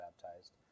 baptized